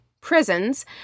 prisons